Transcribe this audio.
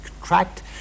contract